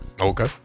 Okay